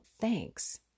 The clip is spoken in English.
thanks